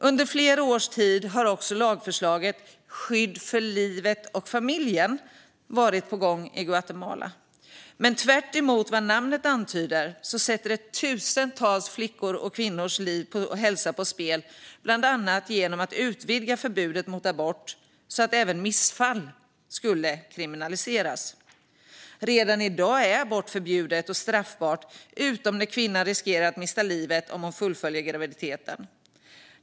Under flera års tid har också ett lagförslag om "skydd för livet och familjen" varit på gång i Guatemala. Tvärtemot vad namnet antyder skulle det sätta tusentals flickors och kvinnors liv och hälsa på spel, bland annat genom att utvidga förbudet mot abort så att även missfall skulle kriminaliseras. Redan i dag är abort förbjudet och straffbart utom när kvinnan löper risk att mista livet om hon fullföljer graviditeten.